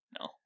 no